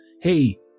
hey